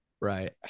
right